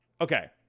okay